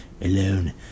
Alone